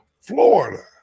Florida